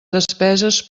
despeses